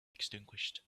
extinguished